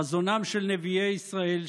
חזונם של נביאי ישראל,